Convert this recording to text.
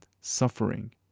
suffering